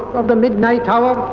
of the midnight hour,